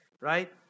right